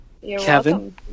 Kevin